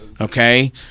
okay